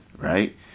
right